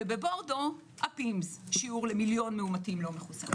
ובבורדו ה-PIMS שיעור למיליון מאומתים לא מחוסנים.